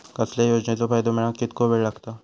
कसल्याय योजनेचो फायदो मेळाक कितको वेळ लागत?